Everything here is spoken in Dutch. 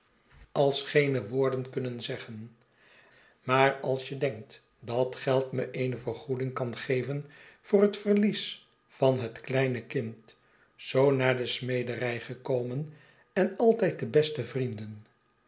als geene woorden kunnen zeggen maar als je denkt dat geld me eene vergoeding kan geven voor het verlies van het kleine kind zoo naar de smederij gekomen en altijd de beste vriendenl